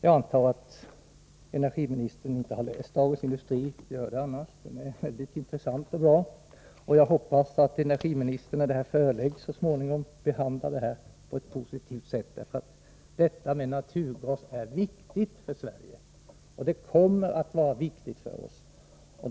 Jag antar att energiministern har läst Dagens Industri — gör det annars, för den är väldigt intressant — och jag hoppas att energiministern så småningom kommer att behandla den här frågan på ett positivt sätt. Naturgasen är viktig för Sverige, och